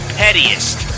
pettiest